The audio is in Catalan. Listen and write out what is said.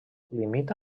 limita